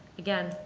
again,